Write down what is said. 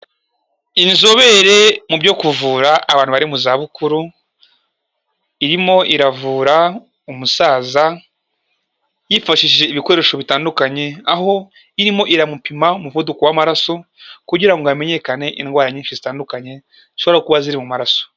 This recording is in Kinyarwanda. Inzobere mu byo kuvura abantu bari mu za bukuru, irimo iravura umusaza yifashishije ibikoresho bitandukanye, aho irimo iramupima umuvuduko w'amaraso kugira ngo hamenyekane indwara nyinshi zitandukanye zishobora kuba ziri mu maraso.